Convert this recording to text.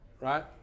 right